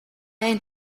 ain’t